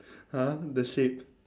!huh! the shape